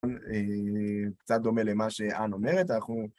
קצת דומה למה שאן אומרת, אנחנו...